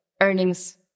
earnings